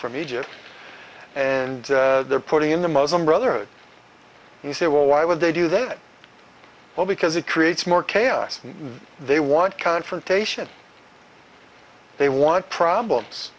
from egypt and they're putting in the muslim brotherhood he said well why would they do that well because it creates more chaos they want confrontation they want problems